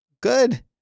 good